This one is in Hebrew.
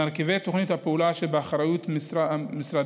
מרכיבי תוכנית הפעולה שבאחריות משרדנו,